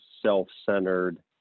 self-centered